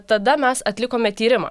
tada mes atlikome tyrimą